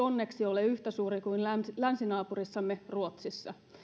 onneksi ole yhtä suuri kuin länsinaapurissamme ruotsissa